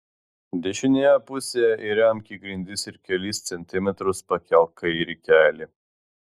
dešinėje pusėje įremk į grindis ir kelis centimetrus pakelk kairį kelį